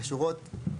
שקשורות.